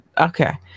okay